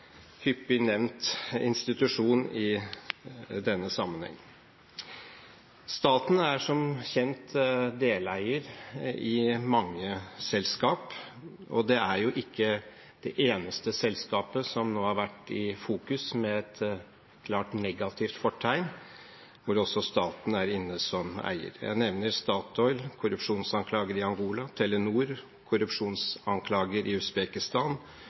hyppig nevnt institusjon i denne sammenheng. Staten er som kjent deleier i mange selskap, og det er jo ikke det eneste selskapet som nå har vært i fokus, med et klart negativt fortegn, hvor også staten er inne som eier. Jeg nevner Statoil, korrupsjonsanklager i Angola, og Telenor, korrupsjonsanklager i Usbekistan,